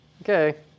okay